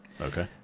Okay